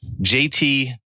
JT